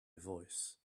voice